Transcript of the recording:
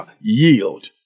yield